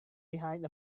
behind